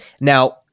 now